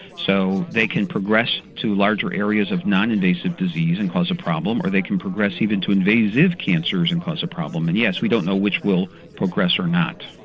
so they can progress to larger areas of non-invasive disease and cause a problem or they can progress even into invasive cancers and cause a problem. and yes, we don't know which will progress or not.